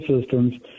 systems